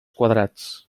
quadrats